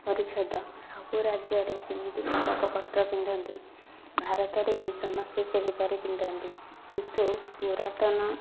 ପରିଚ୍ଛେଦ ସବୁ ରାଜ୍ୟରେ ଯେମିତି ପୋଷାକ ପତ୍ର ପିନ୍ଧନ୍ତି ଭାରତରେ ବି ସମସ୍ତେ ସେହିପରି ପିନ୍ଧନ୍ତି କିନ୍ତୁ ପୁରାତନ